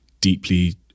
deeply